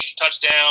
touchdown